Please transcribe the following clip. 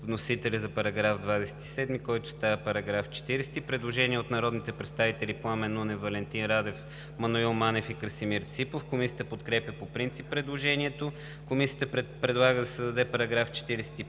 вносителя за § 27, който става § 40. Предложение от народните представители Пламен Нунев, Валентин Радев, Маноил Манев и Красимир Ципов. Комисията подкрепя по принцип предложението. Комисията предлага да се създаде § 41: „§ 41.